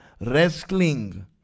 wrestling